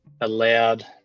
allowed